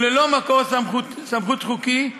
וללא מקור סמכות חוקי,